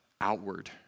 outward